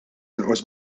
jonqos